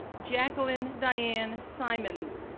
jacqueline diane symonds,